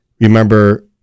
remember